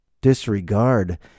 disregard